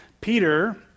Peter